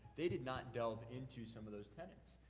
they did not delve into some of those tenants.